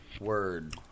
Word